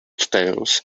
tails